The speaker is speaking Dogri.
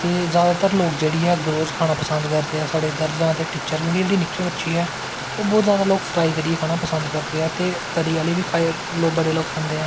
ते जादातर लोग गरोज़ खाना पसंद करदे ऐं साढ़ै जां ते टिच्चर जेह्ड़ी मच्छी ऐ ओह् बौह्च जादा लोग फ्राई करियै खाना पसंद करदे ऐं ते ते तरी आह्ली बी बड़े लोग खंदे ऐं